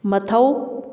ꯃꯊꯧ